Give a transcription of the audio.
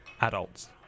adults